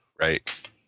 right